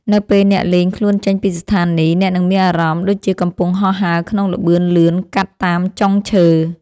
នៅពេលអ្នកលែងខ្លួនចេញពីស្ថានីយ អ្នកនឹងមានអារម្មណ៍ដូចជាកំពុងហោះហើរក្នុងល្បឿនលឿនកាត់តាមចុងឈើ។